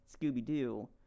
Scooby-Doo